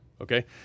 Okay